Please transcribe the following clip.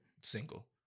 single